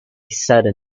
sudden